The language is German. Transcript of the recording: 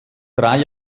drei